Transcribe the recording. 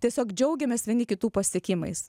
tiesiog džiaugiamės vieni kitų pasiekimais